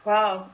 Wow